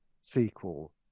sequel